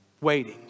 waiting